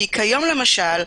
כי כיום למשל,